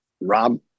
Rob